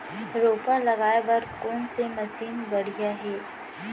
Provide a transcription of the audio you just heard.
रोपा लगाए बर कोन से मशीन बढ़िया हे?